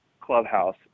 clubhouse